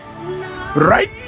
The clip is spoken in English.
right